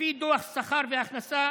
לפי דוח שכר והכנסה